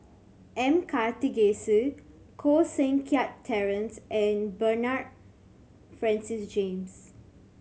M Karthigesu Koh Seng Kiat Terence and Bernard Francis James